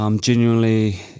Genuinely